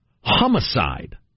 homicide